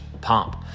pomp